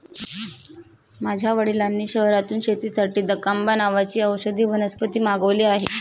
माझ्या वडिलांनी शहरातून शेतीसाठी दकांबा नावाची औषधी वनस्पती मागवली आहे